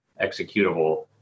executable